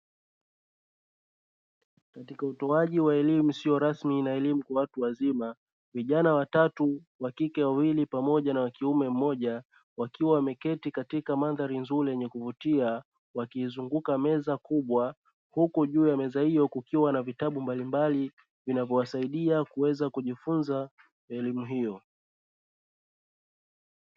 Katika utoaji wa elimu isiyo rasmi na elimu kwa watu wazima, vijana watatu (wakike wawili pamoja na wakiume mmoja) wakiwa wameketi katika mandhari nzuri yenye kuvutia wakiizunguka meza kubwa, huku juu ya meza hiyo kukiwa na vitabu mbalimbali vinavyowasaidia kuweza kujifunza elimu hiyo.